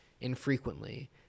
infrequently